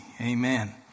Amen